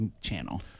channel